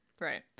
Right